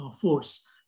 Force